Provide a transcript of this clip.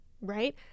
right